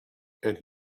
and